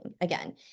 again